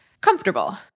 comfortable